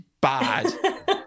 bad